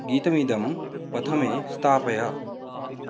गीतमिदं प्रथमे स्थापय